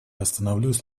остановлюсь